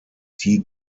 die